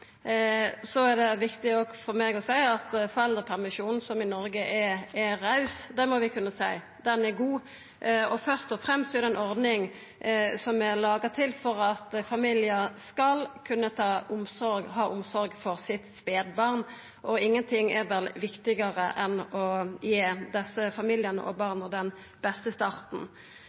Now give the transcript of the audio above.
Så er det òg viktig for meg å seia at foreldrepermisjonen som er i Noreg, er raus – det må vi kunna seia. Han er god. Først og fremst er det ei ordning som er laga for at familiar skal kunna ha omsorg for spedbarnet sitt. Ingenting er vel viktigare enn å gi desse familiane og barna den beste starten.